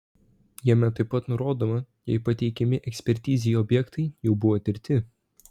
jame taip pat nurodoma jei pateikiami ekspertizei objektai jau buvo tirti